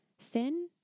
sin